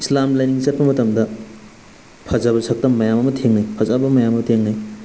ꯏꯁꯂꯥꯝ ꯂꯥꯏꯅꯤꯡ ꯆꯠꯄ ꯃꯇꯝꯗ ꯐꯖꯕ ꯁꯛꯇꯝ ꯃꯌꯥꯝ ꯑꯃ ꯊꯦꯡꯅꯩ ꯐꯖ ꯃꯌꯥꯝ ꯑꯃ ꯊꯦꯡꯅꯩ